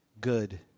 good